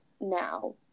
now